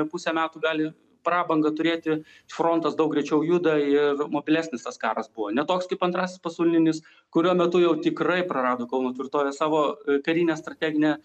pusę metų gali prabangą turėti frontas daug greičiau juda ir mobilesnis tas karas buvo ne toks kaip antrasis pasaulinis kurio metu jau tikrai prarado kauno tvirtovė savo karinę strateginę